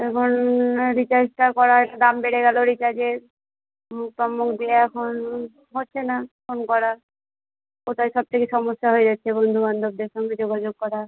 এবার রিচার্জটা করার দাম বেড়ে গেলো রিচার্জের সব ফোন হচ্ছে না ফোন করা ওটাই সবথেকে সমস্যা হয়ে যাচ্ছে বন্ধু বান্ধবদের সঙ্গে যোগাযোগ করা